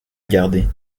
garder